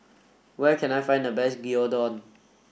where can I find the best Gyudon